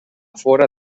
fora